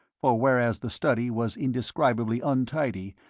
for whereas the study was indescribably untidy,